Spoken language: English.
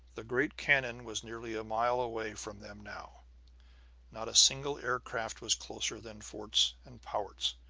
the great cannon was nearly a mile away from them now not a single aircraft was closer than fort's and powart's,